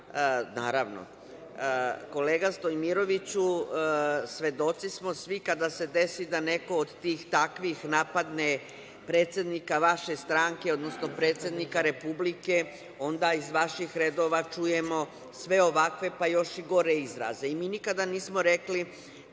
slučajno. Kolega Stojmiroviću, svedoci smo svi kada se desi da neko od tih takvih napadne predsednika vaše stranke, odnosno predsednika Republike, onda iz vaših redova čujemo sve ovakve, pa još i gore izraze. Mi nikada nismo rekli